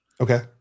Okay